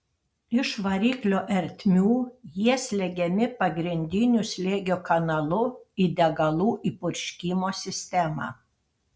iš variklio ertmių jie slegiami pagrindiniu slėgio kanalu į degalų įpurškimo sistemą